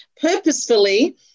purposefully